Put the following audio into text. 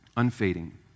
unfading